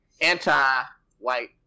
anti-white